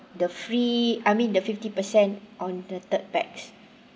the free I mean the fifty percent on the third pax